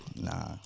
Nah